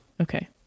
Okay